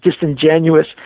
disingenuous